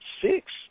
six